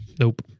Nope